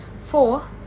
four